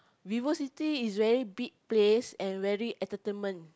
Vivo-City is very big place and very entertainment